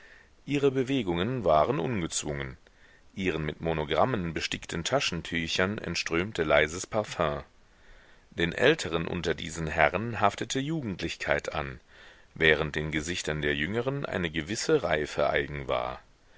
ihre bewegungen waren ungezwungen ihren mit monogrammen bestickten taschentüchern entströmte leises parfüm den älteren unter diesen herren haftete jugendlichkeit an während den gesichtern der jüngeren eine gewisse reife eigen war